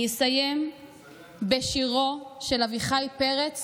אני אסיים בשירו של אביחי פרץ